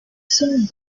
soon